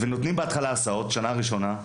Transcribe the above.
ובהתחלה נותנים הסעות, בשנה הראשונה.